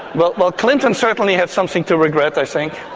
but but clinton certainly had something to regret i think.